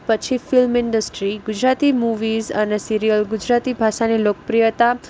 પછી film industry Gujarati movies અને serial Gujarati ભાષાની લોકપ્રિયતા